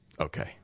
Okay